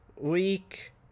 week